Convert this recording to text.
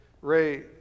Ray